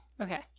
Okay